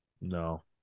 No